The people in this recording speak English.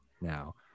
now